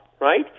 right